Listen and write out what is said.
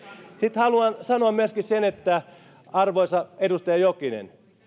sitten haluan sanoa myöskin sen arvoisa edustaja jokinen että